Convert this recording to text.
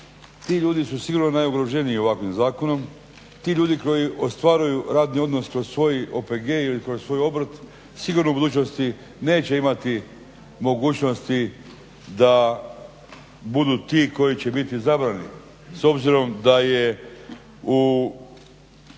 Ti ljudi sigurno najugroženiji ovakvim zakonom, ti ljudi koji ostvaruju radni odnos kroz svoj OPG ili kroz svoj obrt sigurno u budućnosti neće imati mogućnosti da budu ti koji će biti izabrani. S obzirom da je u